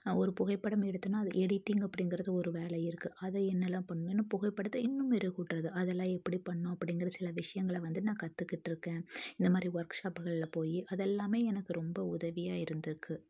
நான் ஒரு புகைப்படம் எடுத்தேன்னால் அது எடிட்டிங் அப்படிங்கிறது ஒரு வேலை இருக்குது அதை என்னலாம் பண்ணணும் ஏன்னால் புகைப்படத்தை இன்னும் மெருகூட்டுறது அதெல்லாம் எப்படி பண்ணணும் அப்படிங்கிற சில விஷயங்கள வந்து நான் கற்றுக்கிட்ருக்கேன் இந்த மாதிரி ஒர்க் ஷாப்புகள் போய் அதெல்லாமே எனக்கு ரொம்ப உதவியாக இருந்துருக்குது